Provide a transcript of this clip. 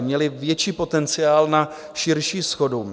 Měly větší potenciál na širší shodu.